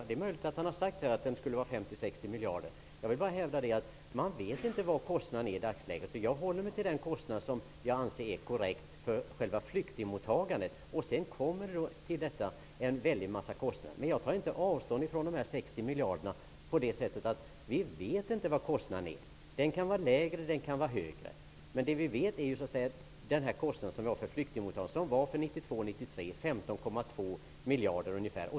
Det är möjligt att han har sagt att kostnaden skulle uppgå till 50--60 miljarder. Jag vill hävda att man i dagsläget inte vet hur stor kostnaden är. Jag håller mig till den kostnad som jag anser det vara korrekt att ta fasta på, nämligen kostnaden för själva flyktingmottagandet. Till den kommer en väldig mängd kostnader. Jag tar inte avstånd från uppgiften om de 60 miljarderna, men vi vet inte hur stor kostnaden är. Den kan vara lägre eller högre. Kostnaden för flyktingmottagningen var för budgetåret 1992/93 ungefär 15,2 miljarder kronor.